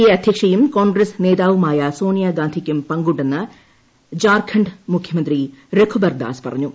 A അധ്യക്ഷയും കോൺഗ്രസ് നേതാവുമായ സോണിയാഗാന്ധിക്കും പങ്കുണ്ടെന്ന് ജാർഖണ്ഡ് മുഖ്യമന്ത്രി രഘുബർദാസ് പറഞ്ഞു